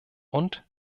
und